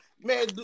man